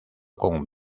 con